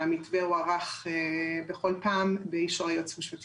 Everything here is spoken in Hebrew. והמתווה הוארך בכל פעם באישור היועץ המשפטי